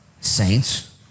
saints